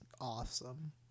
awesome